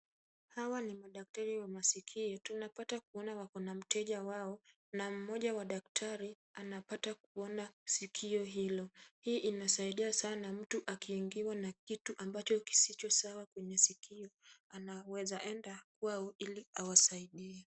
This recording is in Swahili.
Hawa ni madaktari wa masikio tunapata kuona wako na mteja wao na mmoja wa daktari anapata kuona sikio hilo. Hii inasaidia sana mtu akiingiwa na kitu ambacho kisichosawa kwenye sikio. Anaweza enda kwao ili awasaidiwe.